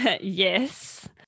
Yes